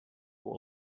will